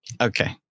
Okay